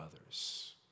others